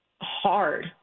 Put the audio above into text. hard